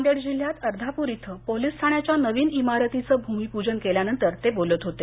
नांदेड जिल्ह्यात अर्धाप्र इथं पोलिस ठाण्याच्या नवीन इमारतीचं भूमिप्जन केल्यानंतर ते बोलत होते